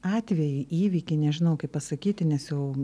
atvejį įvykį nežinau kaip pasakyti nes jau